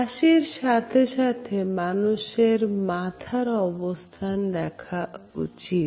হাসির সাথে সাথে মানুষের মাথার অবস্থান দেখা উচিত